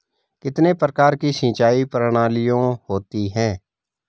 कितने प्रकार की सिंचाई प्रणालियों होती हैं?